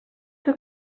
que